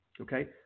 Okay